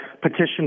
petition